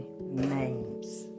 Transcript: names